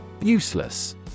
Useless